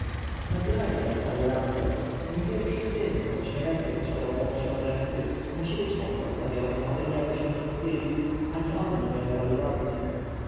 naturalnie odparł ramzes mój pierwszy syn choć nie będzie posiadał praw książęcych musi być tak postawiony abym ja go się nie wstydził ani on nie miał żalu do mnie